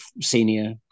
senior